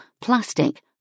plastic